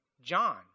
John